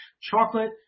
Chocolate